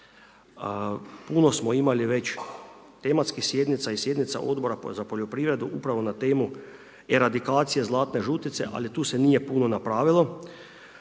Puno smo imali već tematskih sjednica i sjednica Odbora za poljoprivredu, upravo na temu eradikacija zlatne žutice, ali tu se nije puno napravilo.